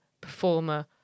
performer